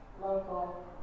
local